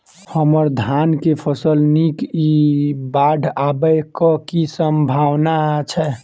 हम्मर धान केँ फसल नीक इ बाढ़ आबै कऽ की सम्भावना छै?